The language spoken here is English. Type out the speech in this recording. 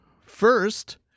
first